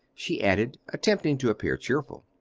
she added, attempting to appear cheerful.